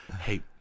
hey